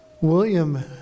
William